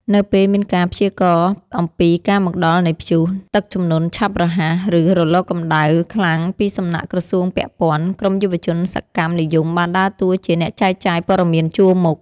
នៅពេលមានការព្យាករណ៍អំពីការមកដល់នៃព្យុះ ទឹកជំនន់ឆាប់រហ័ស ឬរលកកម្ដៅខ្លាំងពីសំណាក់ក្រសួងពាក់ព័ន្ធ ក្រុមយុវជនសកម្មនិយមបានដើរតួជា អ្នកចែកចាយព័ត៌មានជួរមុខ។